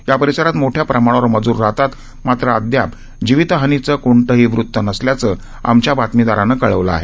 या परिसरात मोठ्या प्रमाणावर मजूर राहातात मात्र अद्याप जीवितहानीचं कोणतंही वृत्त नसल्याचं आमच्या बातमीदारानं कळवलं आहे